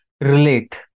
relate